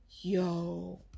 yo